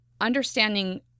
understanding